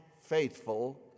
faithful